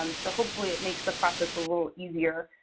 um so hopefully it makes the process a little easier.